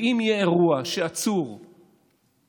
ואם יהיה אירוע שצריך לחקור עצור,